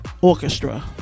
Orchestra